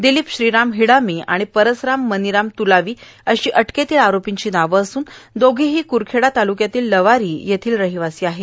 दिलीप श्रीराम हिडामी आणि परसराम मनिराम तुलावी अशी अटकेतील आरोपींची नावे असूनए दोघेही क्रखेडा तालुक्यातील लवारी येथील रहिवासी आहेत